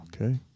Okay